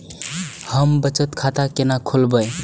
हम बचत खाता केना खोलैब?